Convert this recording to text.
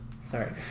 Sorry